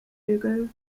vögel